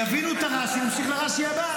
יבינו את הרש"י, נמשיך לרש"י הבא.